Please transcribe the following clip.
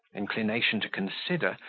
inclination to consider,